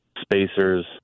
spacers